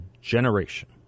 generation